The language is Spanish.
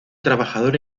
trabajador